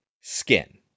skin